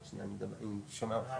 אולי,